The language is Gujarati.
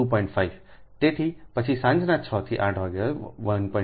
તેથી પછી સાંજે 6 થી 8 વાગ્યે 1